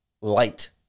light